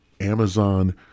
Amazon